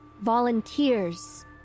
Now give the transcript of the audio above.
Volunteers